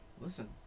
listen